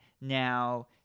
now